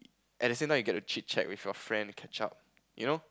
at the same time you get to chit chat with your friend catch up you know